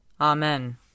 Amen